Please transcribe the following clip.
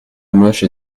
hamoche